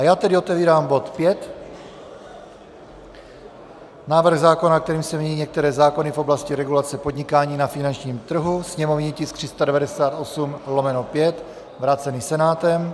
Já tedy otevírám bod 5, návrh zákona, kterým se mění některé zákony v oblasti regulace podnikání na finančním trhu, sněmovní tisk 398/5, vrácený Senátem.